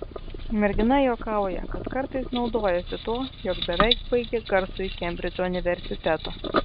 mergina juokauja kad kartais naudojasi tuo jog beveik baigė garsųjį kembridžo universitetą